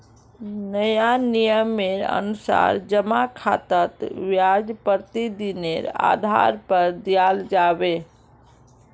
नया नियमेर अनुसार जमा खातात ब्याज प्रतिदिनेर आधार पर दियाल जाबे